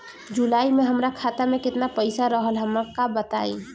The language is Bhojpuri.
जुलाई में हमरा खाता में केतना पईसा रहल हमका बताई?